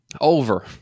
Over